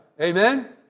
Amen